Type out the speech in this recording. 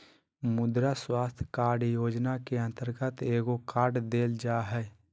मुद्रा स्वास्थ कार्ड योजना के अंतर्गत एगो कार्ड देल जा हइ